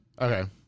Okay